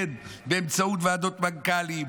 כן, באמצעות ועדות מנכ"לים,